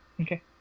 Okay